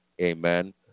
Amen